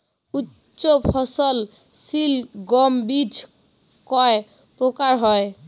উচ্চ ফলন সিল গম বীজ কয় প্রকার হয়?